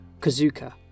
Kazuka